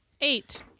Eight